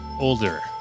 Older